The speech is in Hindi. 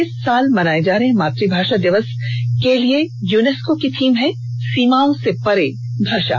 इस साल मनाए जा रहे मातृभाषा दिवस के लिए यूनेस्को की थीम है सीमाओं से परे भाषा